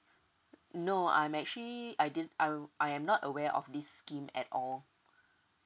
no I'm actually I didn't I~ I'm not aware of this scheme at all